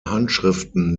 handschriften